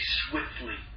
swiftly